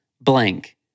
blank